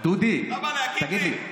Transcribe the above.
אתה בא להגיד לי?